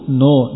no